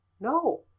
No